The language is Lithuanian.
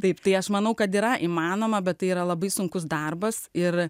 taip tai aš manau kad yra įmanoma bet tai yra labai sunkus darbas ir